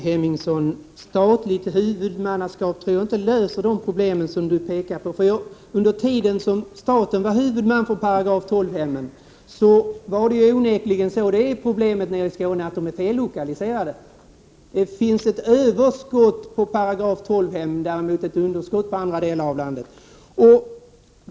Herr talman! Statligt huvudmannaskap tror jag inte löser de problem som Ingrid Hemmingsson pekar på. Problemet med § 12-hemmen är att de är fellokaliserade — i Skåne finns ett överskott av § 12-hem, medan det däremot finns ett underskott av dem i andra delar av landet.